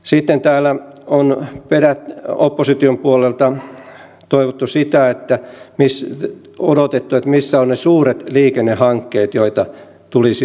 sitten täällä on opposition puolelta odotettu että missä ovat ne suuret liikennehankkeet joita tulisi olla